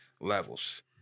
levels